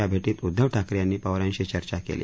या भेरीत उद्दव ठाकरे यांनी पवारांशी चर्चा केली